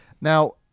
now